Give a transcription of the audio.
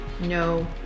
no